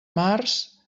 març